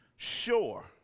sure